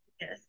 Yes